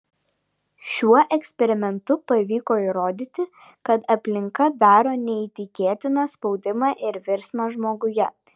šiuo eksperimentu pavyko įrodyti kad aplinka daro neįtikėtiną spaudimą ir virsmą žmoguje